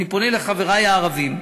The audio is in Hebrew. אני פונה לחברי הערבים,